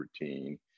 routine